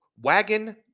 wagon